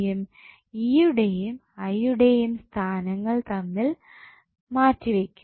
E യുടെയും I യുടെയും സ്ഥാനങ്ങൾ തമ്മിൽ മാറ്റി വെയ്ക്കും